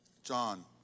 John